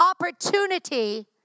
opportunity